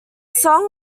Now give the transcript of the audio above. song